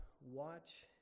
watch